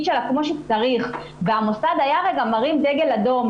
שלה כמו שצריך והמוסד היה מרים דגל אדום